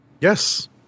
Yes